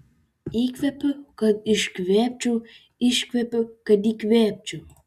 įkvepiu kad iškvėpčiau iškvepiu kad įkvėpčiau